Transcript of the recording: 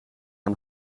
aan